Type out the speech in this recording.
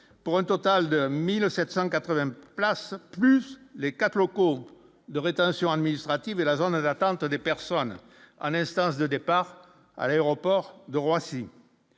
pour un total de 1000 700 80 places, plus les 4 locaux de rétention administrative de la zone d'attente des personnes en instance de départ à l'aéroport de Roissy,